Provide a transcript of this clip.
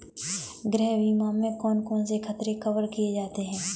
गृह बीमा में कौन कौन से खतरे कवर किए जाते हैं?